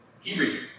Hebrew